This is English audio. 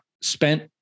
spent